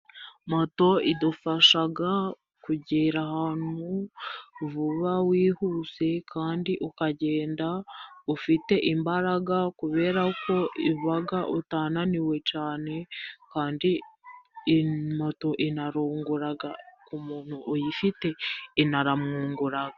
Moto idufasha kugera ahantu vuba wihuse, kandi ukagenda ufite imbaraga, kubera ko uba utananiwe cyane, kandi moto iranungura ku muntu uyifite, iranamwungura.